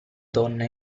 donna